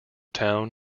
town